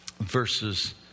Verses